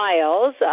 Miles